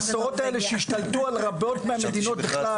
המסורות האלה שהשתלטו על רבות מהמדינות בכלל,